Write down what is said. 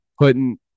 putting